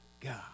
God